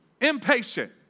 impatient